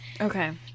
Okay